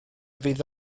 fydd